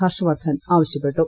ഹർഷ വർദ്ധൻ ആവശ്യപ്പെട്ടു